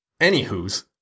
Anywho's